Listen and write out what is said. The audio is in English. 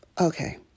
Okay